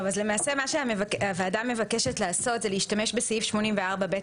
למעשה מה שהוועדה מבקשת לעשות זה להשתמש בסעיף 84(ב)